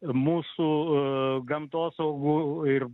mūsų gamtosaugų ir